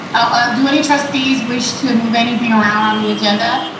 do any trustees wish to move anything around on the agenda?